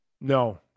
No